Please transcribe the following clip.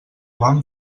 vam